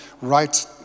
right